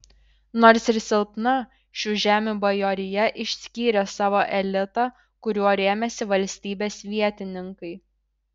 nors ir silpna šių žemių bajorija išskyrė savo elitą kuriuo rėmėsi valstybės vietininkai